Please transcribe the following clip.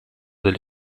delle